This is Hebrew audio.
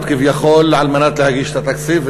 כביכול על מנת להגיש את התקציב.